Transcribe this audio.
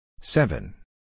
seven